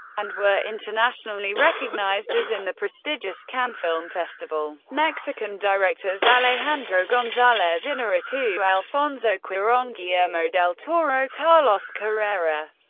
and were internationally recognized, as in the prestigious cannes film festival. mexican directors alejandro gonzalez inarritu, alfonso cuaron, guillermo del toro, carlos carrera,